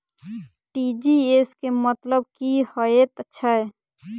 TGS केँ मतलब की हएत छै?